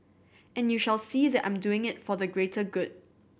and you shall see that I'm doing it for the greater good